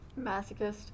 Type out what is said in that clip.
Masochist